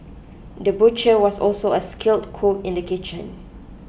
the butcher was also a skilled cook in the kitchen